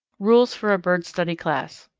rules for a bird study class.